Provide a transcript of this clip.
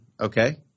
okay